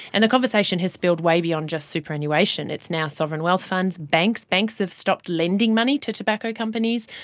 and the conversation has spilled way beyond just superannuation, it's now sovereign wealth funds, banks. banks have stopped lending money to tobacco companies,